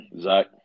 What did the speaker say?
Zach